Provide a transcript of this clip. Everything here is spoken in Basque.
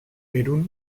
perun